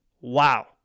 Wow